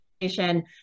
education